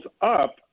up